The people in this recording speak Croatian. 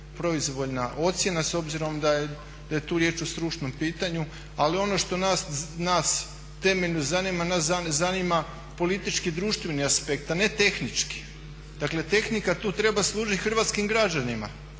proizvoljna ocjena s obzirom da je tu riječ o stručnom pitanju. Ali ono što nas temeljno zanima, nas zanima politički društveni aspekt, a ne tehnički. Dakle tehnika tu treba služit hrvatskim građanima,